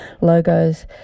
logos